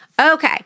Okay